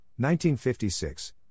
1956